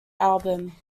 album